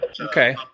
Okay